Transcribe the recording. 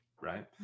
right